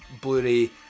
Blu-ray